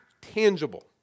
tangible